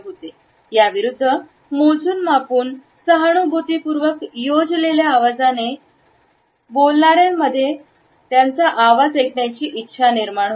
याविरुद्ध मोजून मापून सहानुभूतीपूर्वक योजलेल्या आवाजाने बोलणार यांमध्ये याचा आवाज ऐकण्याची इच्छा निर्माण होते